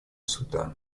судан